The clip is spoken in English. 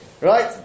right